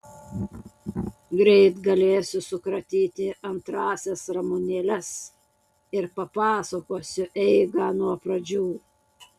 greit galėsiu sukratyti antrąsias ramunėles ir papasakosiu eigą nuo pradžių